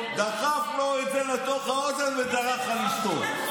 דחף לו את זה לתוך האוזן ודרך על אשתו.